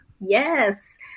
Yes